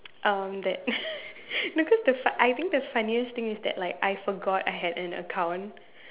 um that no cause the fu~ I think the funniest thing is that like I forgot I had an account